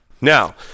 Now